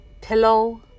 pillow